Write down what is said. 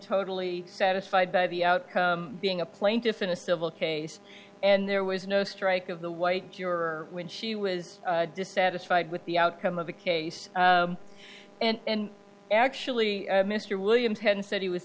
totally satisfied by the outcome being a plaintiff in a civil case and there was no strike of the white cure when she was dissatisfied with the outcome of the case and actually mr williams had said he was